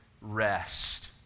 rest